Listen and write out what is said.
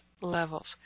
levels